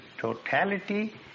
totality